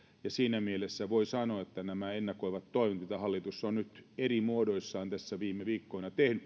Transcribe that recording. siinä mielessä voi sanoa että nämä ennakoivat toimet mitä hallitus on nyt eri muodoissaan tässä viime viikkoina tehnyt